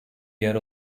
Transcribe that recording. yer